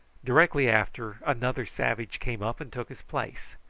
directly after, another savage came up and took his place,